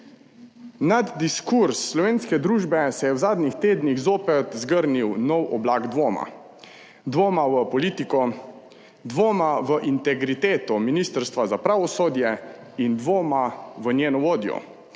Nad diskurz slovenske družbe se je v zadnjih tednih zopet zgrnil nov oblak dvoma. Dvoma v politiko, dvoma v integriteto Ministrstva za pravosodje in dvoma v njeno vodjo.